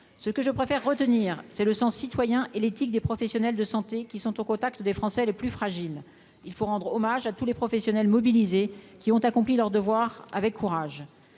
ce que je préfère retenir, c'est le sens citoyen et l'éthique des professionnels de santé qui sont au contact des Français les plus fragiles, il faut rendre hommage à tous les professionnels mobilisés qui ont accompli leur devoir avec courage